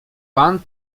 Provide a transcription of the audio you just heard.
pan